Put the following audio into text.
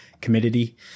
committee